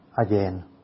again